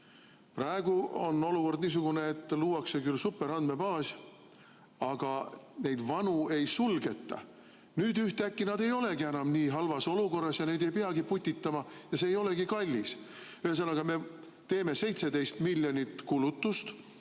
Praegu on olukord niisugune, et luuakse küll superandmebaas, aga neid vanu ei sulgeta. Nüüd ühtäkki nad ei olegi enam nii halvas olukorras ja neid ei peagi putitama ja see ei olegi kallis. Ühesõnaga, me teeme 17-miljonilise kulutuse,